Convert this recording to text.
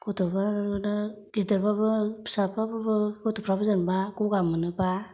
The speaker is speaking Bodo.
गथ'फोरनो गिदिर बाबो फिसाफोर बाबो गथ'फोराबो जेनेबा गगा मोनोब्ला